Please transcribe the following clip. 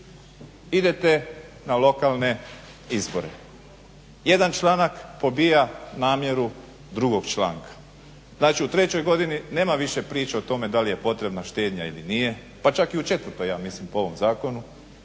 idete na lokalne izbore. Jedan članak pobija namjeru drugog članka. Znači u trećoj godini nema više priča o tome da li je potrebna štednja ili nije, pa čak i u četvrtoj ja mislim po ovom zakonu.